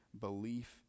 belief